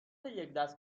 یکدست